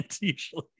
usually